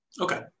Okay